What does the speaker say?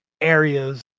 areas